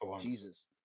Jesus